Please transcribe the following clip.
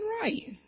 right